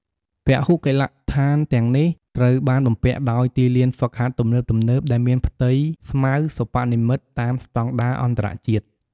ពហុកីឡដ្ឋានទាំងនេះត្រូវបានបំពាក់ដោយទីលានហ្វឹកហាត់ទំនើបៗ ដែលមានផ្ទៃស្មៅសិប្បនិមិត្តតាមស្តង់ដារអន្តរជាតិ។